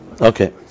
okay